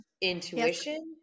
intuition